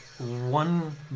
one